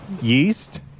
yeast